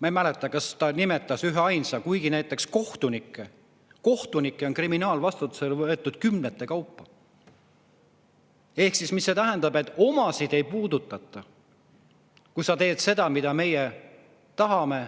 Ma ei mäleta, kas ta nimetas üheainsa, kuigi kohtunikke – kohtunikke! – on kriminaalvastutusele võetud kümnete kaupa. Mida see tähendab? Omasid ei puudutata, kui sa teed seda, mida meie tahame,